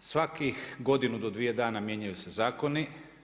svakih godinu do dvije dana mijenjaju se zakoni.